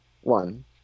One